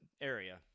area